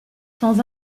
sans